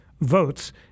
votes